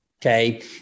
Okay